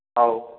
ହଉ